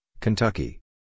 Kentucky